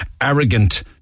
arrogant